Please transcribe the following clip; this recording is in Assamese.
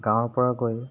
গাঁৱৰ পৰা গৈ